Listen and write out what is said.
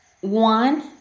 one